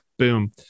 boom